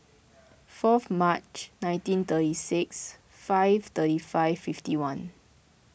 fourth March nineteen thirty six five thirty five fifty one